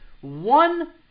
one